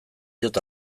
diot